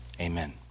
Amen